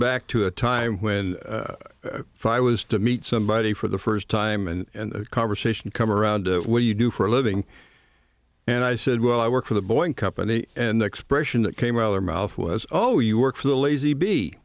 back to a time when fi was to meet somebody for the first time and the conversation come around what do you do for a living and i said well i work for the boeing company and the expression that came out of her mouth was oh you work for the lazy b